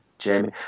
Jamie